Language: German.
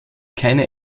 keine